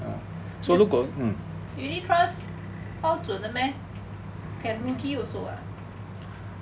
unit trust 保准的 meh can rugi also [what]